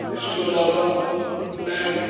ਇਸ ਤੋਂ ਇਲਾਵਾ ਮੈਂ